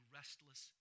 restless